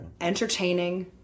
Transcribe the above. Entertaining